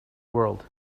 world